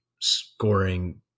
scoring